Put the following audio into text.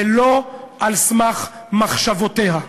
ולא על סמך מחשבותיה.